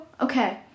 Okay